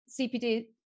CPD